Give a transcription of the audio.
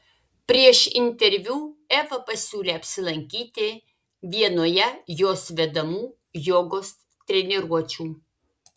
prieš interviu eva pasiūlė apsilankyti vienoje jos vedamų jogos treniruočių